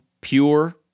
pure